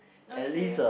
okay